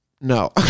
No